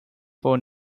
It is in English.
for